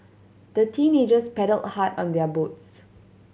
the teenagers paddled hard on their boats